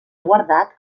guardat